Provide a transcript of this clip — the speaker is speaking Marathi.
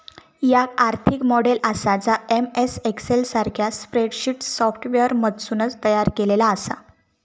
याक आर्थिक मॉडेल आसा जा एम.एस एक्सेल सारख्या स्प्रेडशीट सॉफ्टवेअरमधसून तयार केलेला आसा